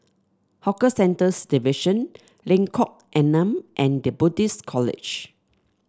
Hawker Centres Division Lengkok Enam and The Buddhist College